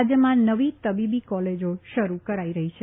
રાજ્યમા નવી તબીબી કોલેજો શરૂ કરાઇ રહી છે